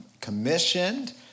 commissioned